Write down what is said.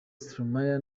stromae